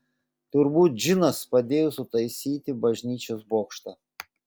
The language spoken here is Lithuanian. turbūt džinas padėjo sutaisyti bažnyčios bokštą